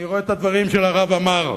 אני רואה את הדברים של הרב עמאר,